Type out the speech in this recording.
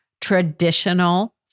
traditional